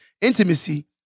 intimacy